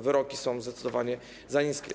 wyroki są zdecydowanie za niskie.